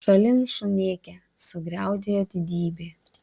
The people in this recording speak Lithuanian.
šalin šunėke sugriaudėjo didybė